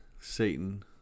Satan